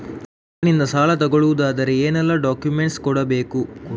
Car ಇಂದ ಸಾಲ ತಗೊಳುದಾದ್ರೆ ಏನೆಲ್ಲ ಡಾಕ್ಯುಮೆಂಟ್ಸ್ ಕೊಡ್ಬೇಕು?